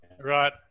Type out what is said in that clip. right